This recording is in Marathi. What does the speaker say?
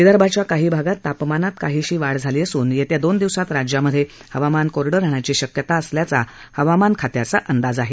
विदर्भाच्या काही भागात तापमानात काहीशी वाढ झाली असून येत्या दोन दिवसात राज्यामधे हवामान कोरडं राहण्याची शक्यता असल्याचा हवामान खात्याचा अंदाज आहे